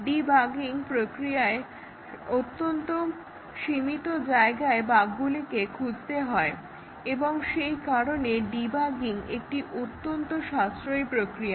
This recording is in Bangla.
ডিবাগিং প্রক্রিয়ার সময় অত্যন্ত সীমিত জায়গায় বাগগুলিকে খুঁজতে হয় এবং সেইকারণে ডিবাগিং একটি অত্যন্ত সাশ্রয়ী প্রক্রিয়া